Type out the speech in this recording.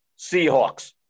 Seahawks